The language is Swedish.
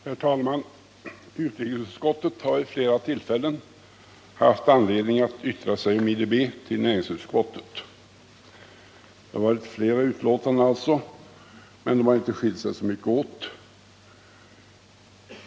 Herr talman! Utrikesutskottet har vid flera tillfällen haft anledning att yttra sig om IDB till näringsutskottet. Det har alltså förekommit flera yttranden, men de har inte skilt sig så mycket åt.